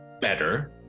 better